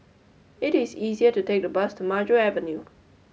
it is easier to take the bus to Maju Avenue